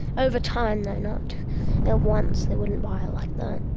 over time though, not at once, they wouldn't buy it like that.